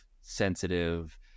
sensitive